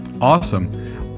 Awesome